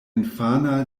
infana